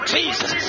Jesus